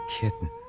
kitten